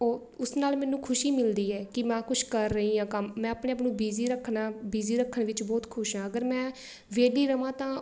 ਉਹ ਉਸ ਨਾਲ ਮੈਨੂੰ ਖੁਸ਼ੀ ਮਿਲਦੀ ਹੈ ਕਿ ਮੈਂ ਕੁਛ ਕਰ ਰਹੀ ਹਾਂ ਕੰਮ ਮੈਂ ਆਪਣੇ ਆਪ ਨੂੰ ਬਿਜ਼ੀ ਰੱਖਣਾ ਬਿਜ਼ੀ ਰੱਖਣ ਵਿੱਚ ਬਹੁਤ ਖੁਸ਼ ਹਾਂ ਅਗਰ ਮੈਂ ਵੇਹਲੀ ਰਹਾਂ ਤਾਂ